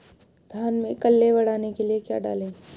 धान में कल्ले बढ़ाने के लिए क्या डालें?